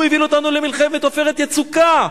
הוא הוביל אותנו למלחמת "עופרת יצוקה",